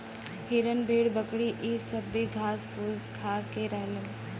हिरन भेड़ बकरी इ सब भी घास फूस खा के ही रहलन